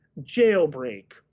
jailbreak